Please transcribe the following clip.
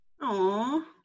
Aw